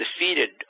defeated